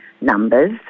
numbers